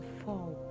fall